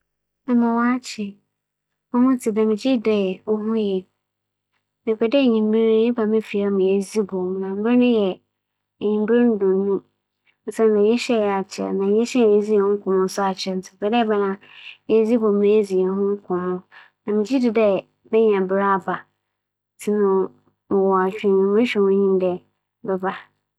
Mo nua Obendey, ͻyɛ emi mara na menye wo rekasa yi. Mowͻ awerɛhyɛ mu dɛ wo ho ye papaapa. Mepɛ dɛ Dwowda a ͻreba wͻ ndaawͻtwe a yɛrebesi mu yi mu ber a abͻ ndͻnwͻtwe anapa ehyia me wͻ Oguaa mpoano hͻ bea wͻtsena dzidzi no na menye wo to nsa dzidzi na menye wo yɛ biribi dɛm akyɛr. M'afe wo yie papaapa. Mfe anan a munnhu wo yi, moho nyinara yera me ntsi hyia me, mobͻhwɛ wo kwan.